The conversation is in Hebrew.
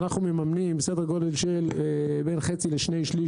אנחנו מממנים סדר גודל של בין חצי לשני-שליש,